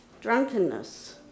drunkenness